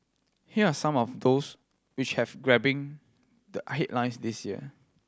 here are some of those which have grabbing the headlines this year